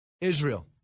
Israel